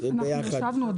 ישבנו.